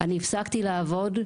אני הפסקתי לעבוד,